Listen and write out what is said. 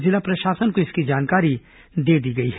जिला प्रशासन को इसकी जानकारी दे दी गई है